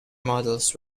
models